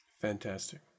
Fantastic